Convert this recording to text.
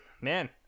man